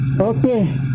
Okay